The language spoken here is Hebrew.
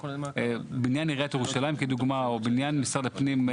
בניין עיריית ירושלים כדוגמה או בניין משרד הפנים,